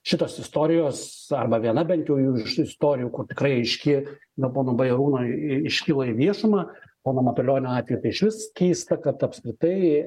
šitos istorijos arba viena bent jau jų istorijų kur tikrai aiški na pono bajarūno iškilo į viešumą pono matulionio atveju tai išvis keista kad apskritai